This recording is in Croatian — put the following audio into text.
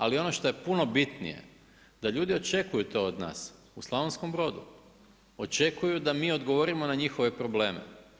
Ali ono što je puno bitnije da ljudi očekuju to od nas u Slavonskom Brodu, očekuju da mi odgovorimo na njihove probleme.